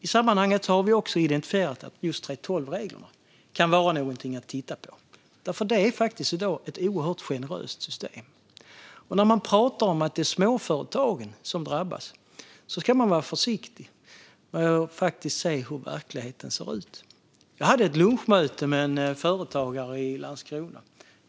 I sammanhanget har vi också identifierat att 3:12-reglerna kan vara något att titta på, för det är ett väldigt generöst system. Man ska nog vara försiktig med att säga att det är småföretagen som drabbas och först se hur verkligheten faktiskt ser ut. För någon vecka sedan hade jag ett lunchmöte med en företagare i Landskrona.